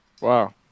Wow